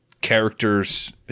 characters